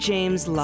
James